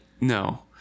no